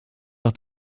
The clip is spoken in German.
auch